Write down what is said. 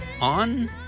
On